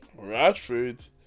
Rashford